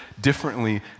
differently